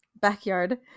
backyard